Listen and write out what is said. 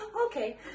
okay